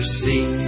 see